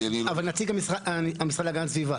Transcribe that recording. אבל נציג המשרד להגנת הסביבה.